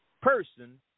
person